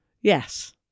Yes